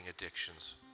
addictions